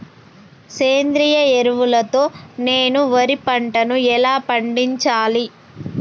సేంద్రీయ ఎరువుల తో నేను వరి పంటను ఎలా పండించాలి?